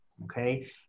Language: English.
Okay